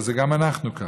גם אנחנו ככה.